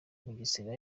mugesera